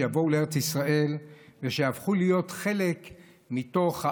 שיבואו לארץ ישראל ושיהפכו להיות חלק מהעם,